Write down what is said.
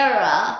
Era